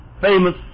famous